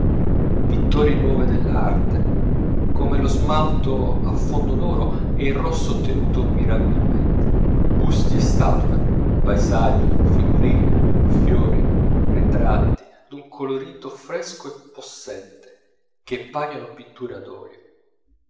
vittorie nuove dell'arte come lo smalto a fondo d'oro e il rosso ottenuto mirabilmente busti e statue paesaggi figurine fiori ritratti d'un colorito fresco e possente che paiono pitture